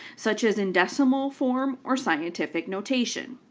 such as in decimal form or scientific notation.